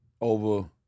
over